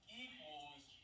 equals